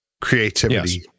creativity